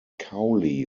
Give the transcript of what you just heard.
cowley